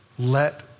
Let